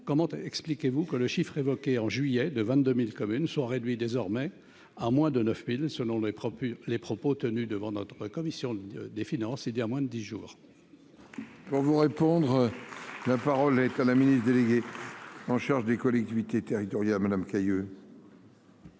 comment expliquez-vous que le chiffre évoqué en juillet 2 22000 communes soit réduit désormais à moins de 9000 selon les propos les propos tenus devant notre commission des finances à moins de 10 jours. Pour vous répondre, la parole est à la ministre déléguée. En charge des collectivités territoriales Madame Cayeux.